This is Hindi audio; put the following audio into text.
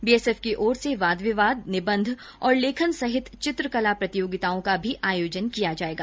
बीएसएफ की ओर से वाद विवाद निबंध और लेखन सहित चित्रकला प्रतियोगिताओं का भी आयोजन किया जाएगा